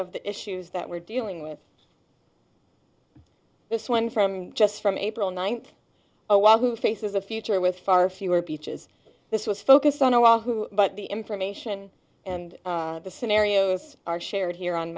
of the issues that we're dealing with this one from just from april ninth a while who faces a future with far fewer beaches this was focused on a walk but the information and the scenarios are share